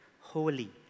Holy